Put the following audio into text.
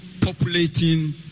populating